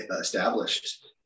Established